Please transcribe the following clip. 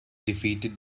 defeated